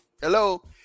Hello